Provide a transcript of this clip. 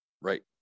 right